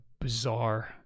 bizarre